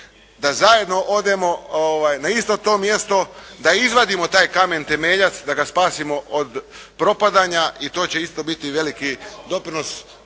da zajedno odemo na isto to mjesto, da izvadimo taj kamen temeljac, da ga spasimo od propadanja i to će isto biti veliki doprinos